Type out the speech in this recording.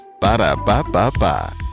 Ba-da-ba-ba-ba